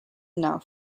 enough